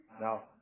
Now